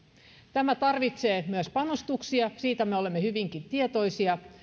tämä tarvitsee myös panostuksia siitä me olemme hyvinkin tietoisia